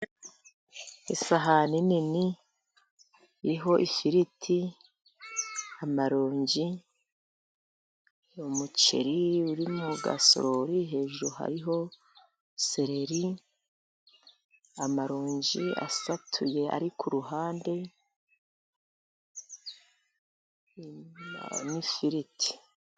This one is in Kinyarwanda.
Isahani nini iriho ifiriti, amaronji, umuceri uri mu gasorori. Hejuru hariho seleri, amaronji asatuye ari kuruhande n'ifiriti.